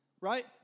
Right